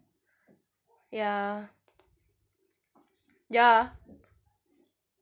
ya ya